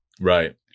Right